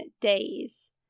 days